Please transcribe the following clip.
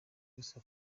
yose